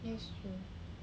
that's true